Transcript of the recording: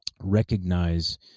recognize